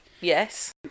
yes